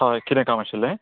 होय कितें काम आशिल्लें